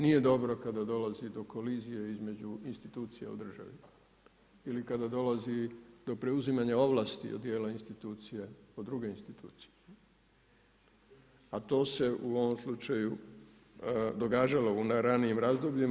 Nije dobro kada dolazi do kolizije između institucija u državi ili kada dolazi do preuzimanja ovlasti od dijela institucija od druge institucije, a to se u ovom slučaju događalo na ranijim razdobljima.